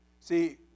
See